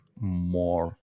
more